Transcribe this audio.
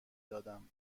دادم